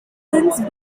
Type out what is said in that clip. since